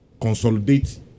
consolidate